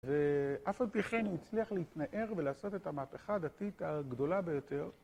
ואף על פי כן הוא הצליח להתנער ולעשות את המהפכה הדתית הגדולה ביותר.